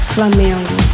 Flamengo